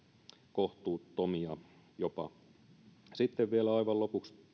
kohtuuttomia sitten vielä aivan lopuksi